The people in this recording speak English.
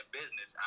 business